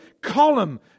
column